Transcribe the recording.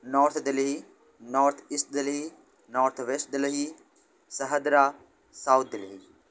north Delhi north east Delhi north west Delhi Shahdara south Delhi